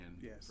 Yes